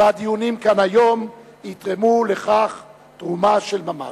והדיונים כאן היום יתרמו לכך תרומה של ממש.